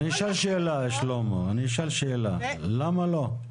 אני אשאל שאלה - למה לא?